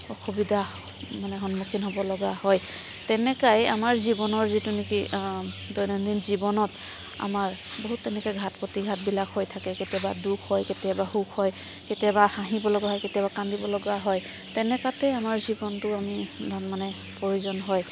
অসুবিধা মানে সন্মূখীন হ'বলগা হয় তেনেকাই আমাৰ জীৱনৰ যিটো নেকি দৈনন্দিন জীৱনত আমাৰ বহুত তেনেকৈ ঘাট প্ৰতিঘাটবিলাক হৈ থাকে কেতিয়াবা দুখ হয় কেতিয়াবা সুখ হয় কেতিয়াবা হাঁহিবলগা হয় কেতিয়াবা কান্দিবলগাও হয় তেনেকাতে আমাৰ জীৱনটো আমি মানে প্ৰয়োজন হয়